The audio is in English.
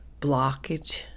blockage